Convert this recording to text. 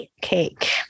cake